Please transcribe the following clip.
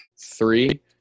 Three